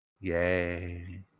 Yay